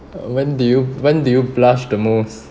when did you when did you blush the most